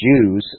Jews